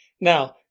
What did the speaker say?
Now